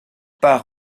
part